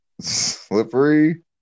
Slippery